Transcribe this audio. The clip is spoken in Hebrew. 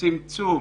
צמצום,